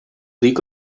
dic